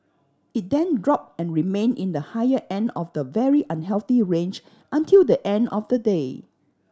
it then dropped and remained in the higher end of the very unhealthy range until the end of the day